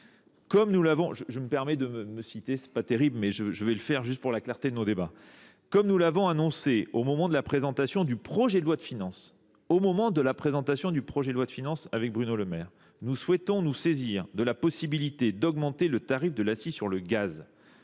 Comme nous l'avons annoncé au moment de la présentation du projet de loi de finances avec Bruno Le Maire, nous souhaitons nous saisir de la possibilité d'augmenter le tarif de l'Assis sur le gaz.